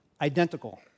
identical